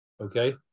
okay